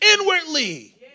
inwardly